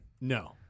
No